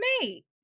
mate